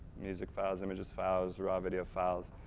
music files, images files, raw video files.